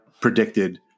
predicted